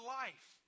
life